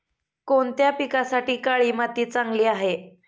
कोणत्या पिकासाठी काळी माती चांगली आहे?